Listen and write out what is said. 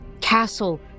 castle